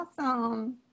Awesome